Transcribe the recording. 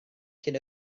cyn